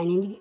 आनी